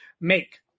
make